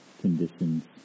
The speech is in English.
conditions